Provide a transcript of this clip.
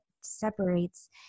separates